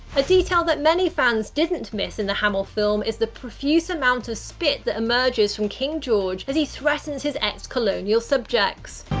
a detail that many fans didn't miss in the hamilfilm is the profuse amount of spit that emerges from king george as he threatens his ex-colonial subjects.